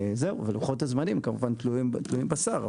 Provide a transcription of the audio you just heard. ולוחות הזמנים כמובן תלויים בשר,